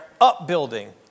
Upbuilding